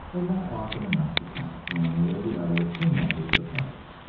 and not often enough to count, one way or the other, in matters of health.